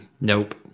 Nope